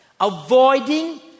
Avoiding